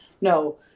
No